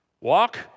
walk